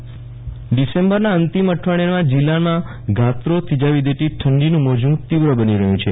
રાણા કવામાન ડીસેમ્બરનો અંતિમ અઠવાડિયામાં જિલ્લાનાં ગાત્રો થીજાવી દેતી ઠંડીનું મોજું તીવ્ર બની રહ્યું છે